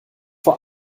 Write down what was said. vor